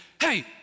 hey